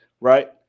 right